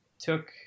took